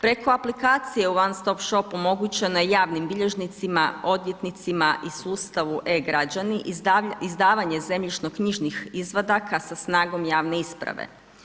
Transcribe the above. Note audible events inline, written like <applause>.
Preko aplikacije u … <unintelligible> shopu omogućena javnim bilježnicima, odvjetnicima i sustavu e-građani izdavanje zemljišno knjižnih izvadaka sa snagom javne isprave.